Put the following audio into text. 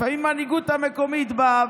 לפעמים המנהיגות המקומית באה,